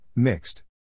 Mixed